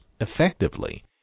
effectively